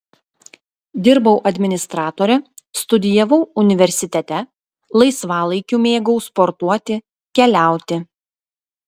dirbau administratore studijavau universitete laisvalaikiu mėgau sportuoti keliauti